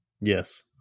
Yes